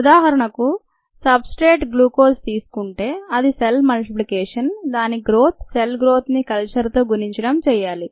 ఉదాహరణకు substrate గ్లూకోజ్తీసుకుంటే అది సెల్ మల్టిప్లికేషన్ దాని గ్రోత్ సెల్ గ్రోత్ని కల్చర్తో గుణించడం చేయాలి